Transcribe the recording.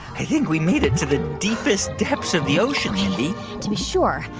i think we made it to the deepest depths of the ocean, mindy to be sure,